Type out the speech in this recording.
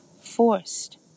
forced